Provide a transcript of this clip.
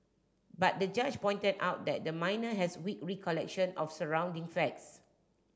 but the judge pointed out that the minor has weak recollection of surrounding facts